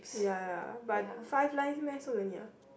but five lines meh so many ah